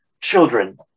children